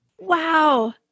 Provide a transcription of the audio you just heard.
Wow